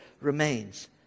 remains